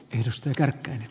arvoisa puhemies